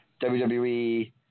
WWE